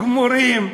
גמורים,